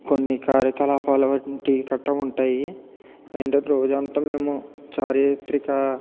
కొన్ని కార్యకలాపాలువంటి కట్ట ఉంటాయి అవేంటంటే రోజంతా మేము చారిత్రక